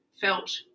felt